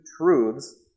truths